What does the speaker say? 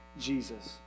Jesus